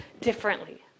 differently